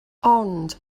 ond